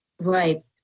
Right